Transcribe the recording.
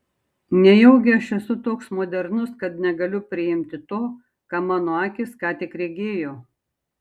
nejaugi aš esu toks modernus kad negaliu priimti to ką mano akys ką tik regėjo